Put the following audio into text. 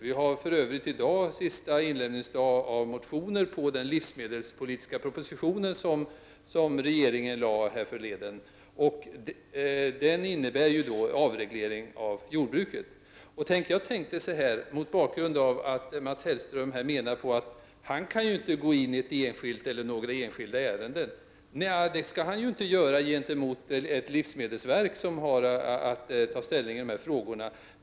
Denna dag är för övrigt sista inlämningsdag för motioner med anledning av den livsmedelspolitiska proposition som regeringen framlade härförleden och som syftar till en avreglering av jordbruket. Mats Hellström sade att han inte kan gå in på enskilda ärenden, och det skall han ju inte göra, eftersom vi har ett livsmedelsverk som har att ta ställning i dessa frågor.